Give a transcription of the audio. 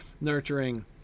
Nurturing